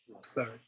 Sorry